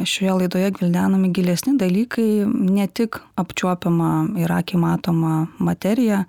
šioje laidoje gvildenami gilesni dalykai ne tik apčiuopiama ir akiai matoma materija